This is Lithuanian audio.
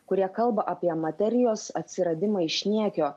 kurie kalba apie materijos atsiradimą iš niekio